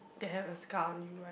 that have a scar on you right